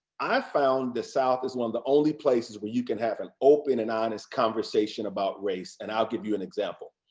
i found the south as one of the only places where you can have an open and honest conversation about race and i'll give you an example.